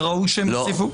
וראוי שהן יוסיפו.